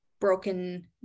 broken